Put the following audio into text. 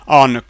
on